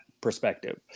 perspective